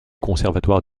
conservatoire